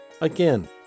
Again